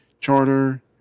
Charter